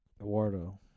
Eduardo